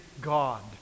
God